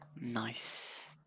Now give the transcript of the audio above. Nice